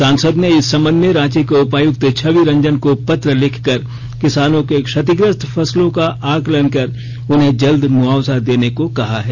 सांसद ने इस संबंध में रांची के उपायुक्त छवि रंजन को पत्र लिखकर किसानों के क्षतिग्रस्त फसलों का आकलन कर उन्हें जल्द मुआवजा देने को कहा है